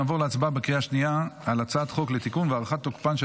נעבור להצבעה בקריאה השנייה על הצעת חוק לתיקון ולהארכת תוקפן של